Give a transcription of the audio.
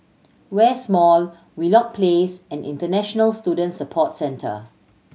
West Mall Wheelock Place and International Student Support Centre